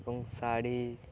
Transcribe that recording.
ଏବଂ ଶାଢ଼ୀ